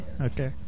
Okay